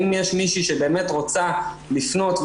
אם יש מישהי שבאמת רוצה לפנות,